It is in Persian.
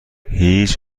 هیچ